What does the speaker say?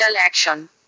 action